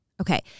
Okay